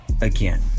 again